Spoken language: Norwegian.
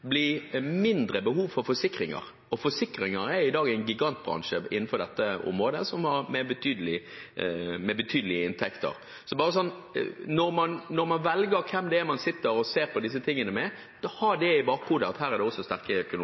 mindre behov for forsikringer. Og forsikringer er i dag en gigantbransje innenfor dette området, med betydelige inntekter. Når man velger hvem man sitter og ser på disse tingene med, ha det i bakhodet at her er det også